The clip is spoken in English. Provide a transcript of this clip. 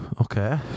okay